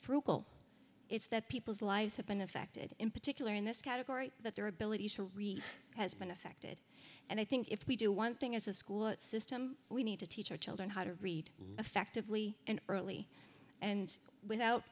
frugal it's that people's lives have been affected in particular in this category that their ability to read has been affected and i think if we do one thing as a school system we need to teach our children how to read effectively and early and without